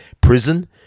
prison